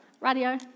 Radio